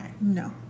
No